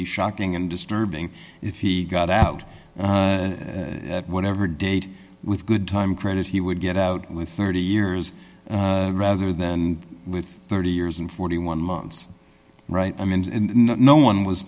be shocking and disturbing if he got out whatever date with good time credits he would get out with thirty years rather than with thirty years and forty one months right i mean no one was